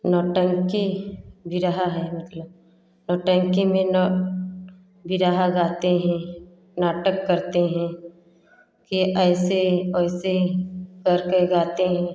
नौटंकी बिरहा है मतलब नौटंकी में न बिरहा गाते हैं नाटक करते हैं कि ऐसे ऐसे करके गाते हैं